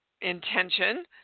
intention